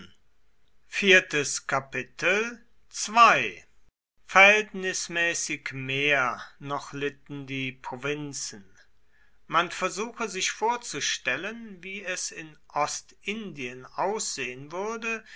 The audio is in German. verhältnismäßig mehr noch litten die provinzen man versuche sich vorzustellen wie es in ostindien aussehen würde